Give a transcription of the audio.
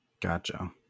Gotcha